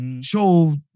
show